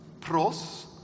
Pros